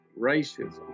racism